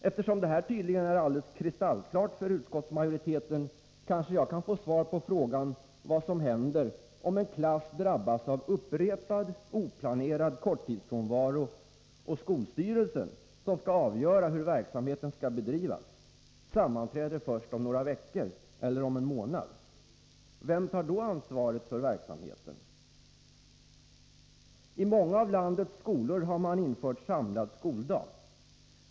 Eftersom det här tydligen är alldeles kristallklart för utskottsmajoriteten, kanske jag kan få svar på frågan vad som händer om en klass drabbas av upprepad oplanerad korttidsfrånvaro och skolstyrelsen, som skall avgöra hur verksamheten skall bedrivas, sammanträder först om några veckor eller om en månad. Vem tar då ansvaret för verksamheten? I många av landets skolor har man infört samlad skoldag.